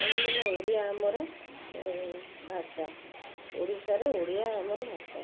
କାହିଁକିନା ଓଡ଼ିଆ ଆମର ଭାଷା ଓଡ଼ିଶାରେ ଓଡ଼ିଆ ଆମର ଭାଷା